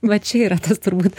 va čia yra tas turbūt